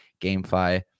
GameFi